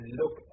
look